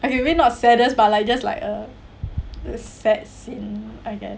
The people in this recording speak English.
okay maybe not saddest but like just like a sad scene I guess